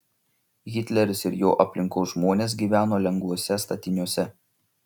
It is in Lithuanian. hitleris ir jo aplinkos žmonės gyveno lengvuose statiniuose